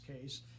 case